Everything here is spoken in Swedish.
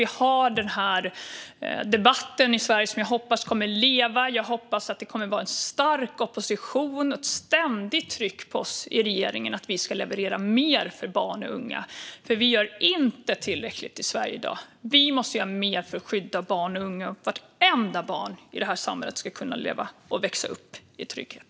Vi har den här debatten i Sverige, och jag hoppas att den kommer att leva. Jag hoppas att det kommer att finnas en stark opposition och ett ständigt tryck på oss i regeringen att leverera mer för barn och unga. Vi gör nämligen inte tillräckligt i Sverige i dag. Vi måste göra mer för att skydda barn och unga. Vartenda barn i det här samhället ska kunna leva och växa upp i trygghet.